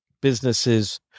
businesses